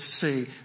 see